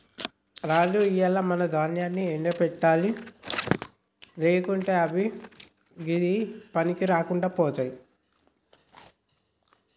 రాజు ఇయ్యాల మనం దాన్యాన్ని ఎండ పెట్టాలి లేకుంటే అవి దేనికీ పనికిరాకుండా పోతాయి